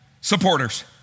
supporters